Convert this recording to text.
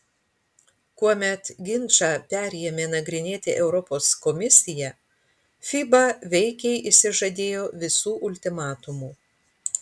kuomet ginčą perėmė nagrinėti europos komisija fiba veikiai išsižadėjo visų ultimatumų